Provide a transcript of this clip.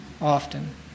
often